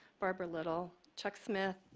barbara little, chuck smith,